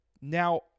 Now